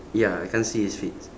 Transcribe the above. ya I can't see his feet